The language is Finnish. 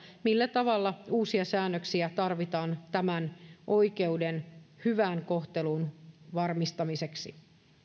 millä tavalla uusia säännöksiä tarvitaan tämän oikeuden hyvään kohteluun varmistamiseksi